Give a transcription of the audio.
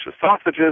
sausages